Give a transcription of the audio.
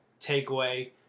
takeaway